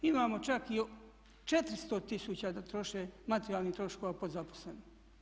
Imamo čak i 400 tisuća da troše materijalnih troškova po zaposlenom.